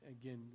Again